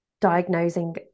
diagnosing